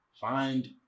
Find